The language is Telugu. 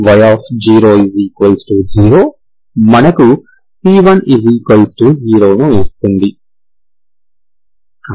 y00 మనకు c10 ఇస్తుంది